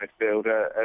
midfielder